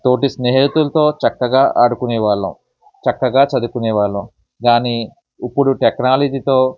తోటి స్నేహితులతో చక్కగా ఆడుకునేవాళ్ళము చక్కగా చదువుకునేవాళ్ళము కానీ ఇప్పుడు టెక్నాలజీతో